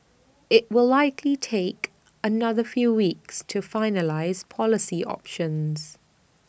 IT will likely take another few weeks to finalise policy options